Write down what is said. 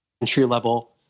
entry-level